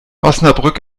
osnabrück